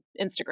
Instagram